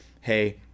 hey